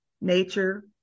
nature